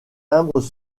timbres